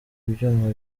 ibyuma